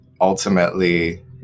ultimately